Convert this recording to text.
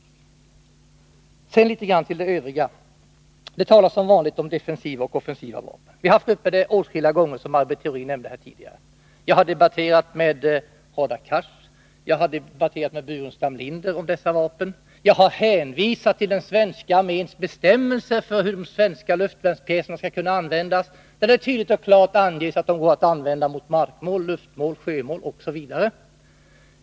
Sedan litet grand om det övriga. Som vanligt talas det om defensiva och offensiva vapen. Vi har, som Maj Britt Theorin nämnde, haft frågan uppe åtskilliga gånger tidigare. Jag har debatterat med Hadar Cars och Staffan Burenstam Linder om dessa vapen. Jag har hänvisat till den svenska arméns bestämmelser för hur de svenska luftvärnspjäserna skall kunna användas, där det tydligt och klart anges att de går att använda mot markmål, luftmål, sjömål osv.